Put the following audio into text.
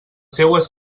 seues